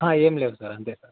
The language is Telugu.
ఏమి లేవు సార్ అంతే సార్